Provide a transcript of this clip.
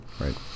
Right